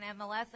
MLS